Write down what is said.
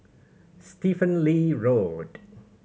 Stephen Lee Road